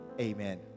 Amen